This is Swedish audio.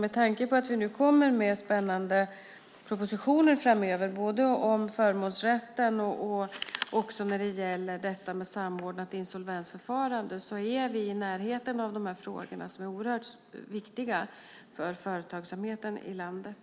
Med tanke på att vi kommer med spännande propositioner framöver om förmånsrätten och om samordnat insolvensförfarande är vi i närheten av de här frågorna, som är oerhört viktiga för företagsamheten i landet.